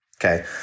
Okay